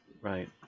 right